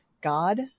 God